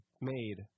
made